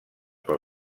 pel